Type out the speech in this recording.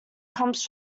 comes